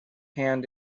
hand